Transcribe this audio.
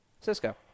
Cisco